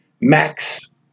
max